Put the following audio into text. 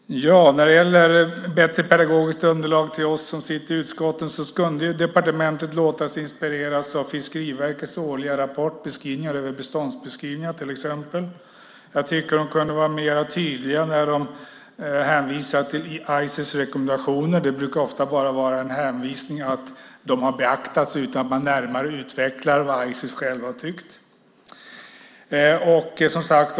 Herr talman! När det gäller bättre pedagogiskt underlag till oss som sitter i utskotten kunde departementet låta sig inspireras av Fiskeriverkets årliga rapport med beståndsbeskrivningar till exempel. Jag tycker att de kunde vara mer tydliga när de hänvisar till ISIS rekommendationer. Det brukar ofta vara en hänvisning till att de har beaktats utan att man närmare utvecklar vad ISIS själva har tyckt.